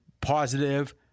positive